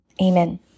Amen